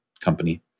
company